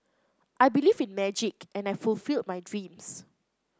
I believed in magic and I fulfilled my dreams